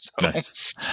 Nice